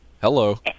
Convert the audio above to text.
Hello